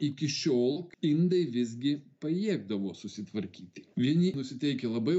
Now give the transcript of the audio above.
iki šiol indai visgi pajėgdavo susitvarkyti vieni nusiteikę labai